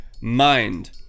mind